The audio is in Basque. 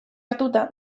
hartuta